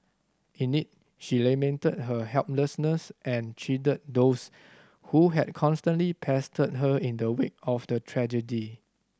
in it she lamented her helplessness and chided those who had constantly pestered her in the wake of the tragedy